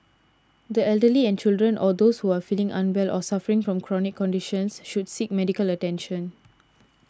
the elderly and children or those who are feeling unwell or suffering from chronic conditions should seek medical attention